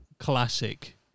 classic